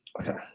Okay